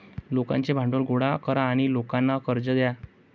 लोकांचे भांडवल गोळा करा आणि लोकांना कर्ज द्या